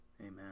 Amen